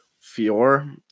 Fior